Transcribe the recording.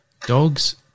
dogs